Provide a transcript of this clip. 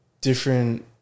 different